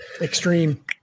Extreme